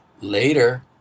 Later